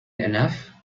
enough